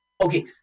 okay